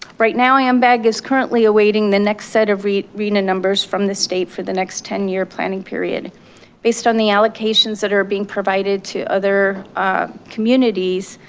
right now ambag is currently awaiting the next set of rhna numbers from the state for the next ten year planning period based on the allocations that are being provided to other communities,